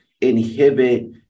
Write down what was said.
inhibit